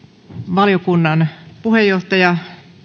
valiokunnan puheenjohtaja